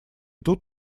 тут